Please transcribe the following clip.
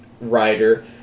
writer